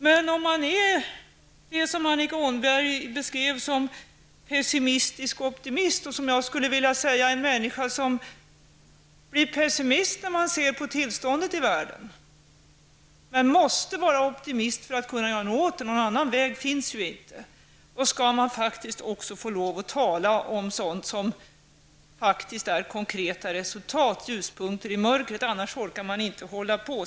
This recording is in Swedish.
Men om man, som Annika Åhnberg beskriver det, är en pessimistisk optimist, dvs. det jag skulle vilja kalla en människa som blir pessimist när man ser på tillståndet i världen, men som måste vara optimist för att kunna göra något åt det -- någon annan väg finns inte -- då skall man också få lov att tala om konkreta resultat, ljuspunkter i mörkret, annars orkar man inte hålla på.